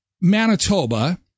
Manitoba